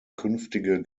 künftige